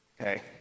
Okay